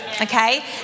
Okay